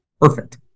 perfect